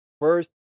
First